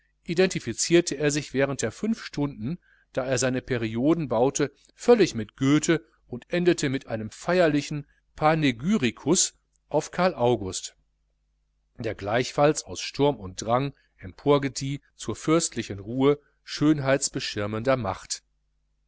identifizierte er sich während der fünf stunden da er seine perioden baute völlig mit goethe und endete mit einem feierlichen panegyrikus auf karl august der gleichfalls aus sturm und drang emporgedieh zur fürstlichen ruhe schönheitbeschirmender macht